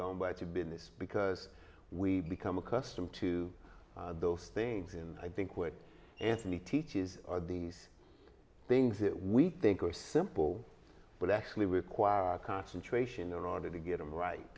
gone back to business because we become accustomed to those things and i think what anthony teaches are the things that we think are simple but actually require concentration in order to get them right